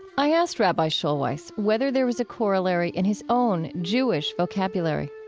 i asked rabbi schulweis whether there was a corollary in his own jewish vocabulary